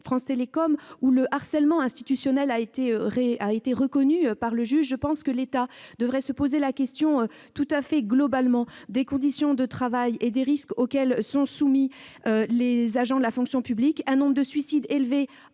France Télécom, où le harcèlement institutionnel a été reconnu par le juge, je pense que l'État devrait globalement se poser la question des conditions de travail et des risques auxquels sont soumis les agents de la fonction publique. On observe un nombre de suicides élevé